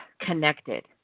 connected